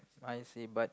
I see but